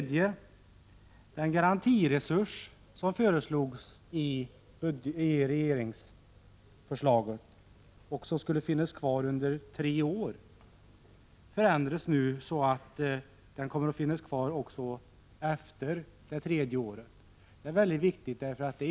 Den garantiresurs som föreslås i propositionen och som skulle finnas kvar under tre år förändras nu på ett sådant sätt att den kommer att finnas kvar även efter det tredje året. Det är mycket viktigt. Det innebär nämligen att — Prot.